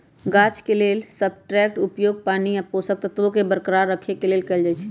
गाछ के लेल सबस्ट्रेट्सके उपयोग पानी आ पोषक तत्वोंके बरकरार रखेके लेल कएल जाइ छइ